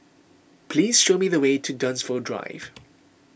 please show me the way to Dunsfold Drive